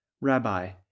Rabbi